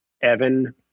Evan